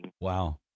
Wow